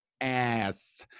ass